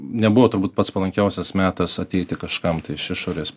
nebuvo turbūt pats palankiausias metas ateiti kažkam tai iš išorės